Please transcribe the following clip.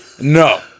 No